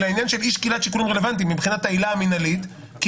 אלא עניין של אי שקילת שיקולים רלוונטיים מבחינת העילה המנהלית כי